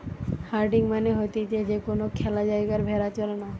herding মানে হতিছে যে কোনো খ্যালা জায়গায় ভেড়া চরানো